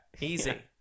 Easy